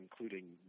including